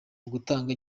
ugutanga